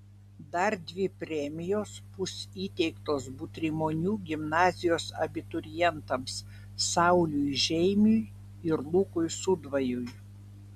dar dvi premijos bus įteiktos butrimonių gimnazijos abiturientams sauliui žeimiui ir lukui sudvajui